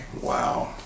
Wow